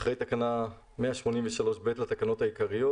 "אחרי תקנה 183ב לתקנות העיקריות"